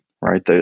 right